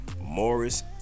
Morris